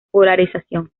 polarización